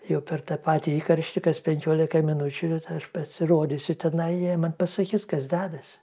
jau per tą patį įkarštį kas penkiolika minučių aš pasirodysiu tenai jie man pasakys kas dedasi